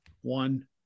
one